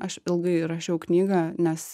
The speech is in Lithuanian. aš ilgai rašiau knygą nes